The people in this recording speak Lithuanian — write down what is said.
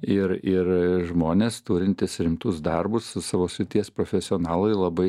ir ir žmonės turintys rimtus darbus savo srities profesionalai labai